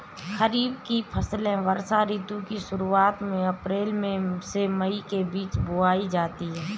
खरीफ की फसलें वर्षा ऋतु की शुरुआत में अप्रैल से मई के बीच बोई जाती हैं